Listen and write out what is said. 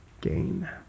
gain